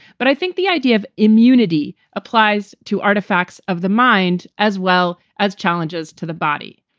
but i think the idea of immunity applies to artifacts of the mind as well as challenges to the body.